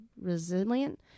resilient